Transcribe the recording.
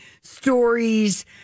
stories